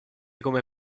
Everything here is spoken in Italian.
come